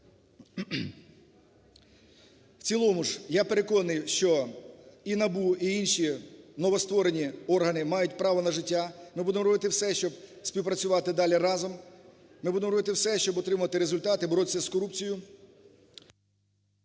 В цілому ж я переконаний, що і НАБУ, і інші новостворені органи мають право на життя. Ми будемо робити все, щоб співпрацювати далі разом. Ми будемо робити все, щоб отримати результат і боротися з корупцією...